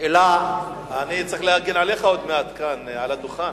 אני אצטרך להגן עליך עוד מעט כאן, על הדוכן.